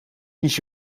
kies